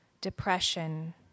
depression